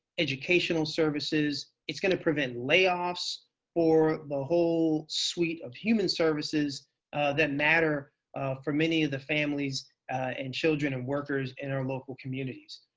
educational services. it's going to prevent layoffs for the whole suite of human services that matter for many of the families and children and workers in our local communities.